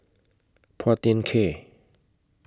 Phua Thin Kiay